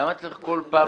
למה צריך כל פעם להגיש?